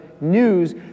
news